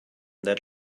that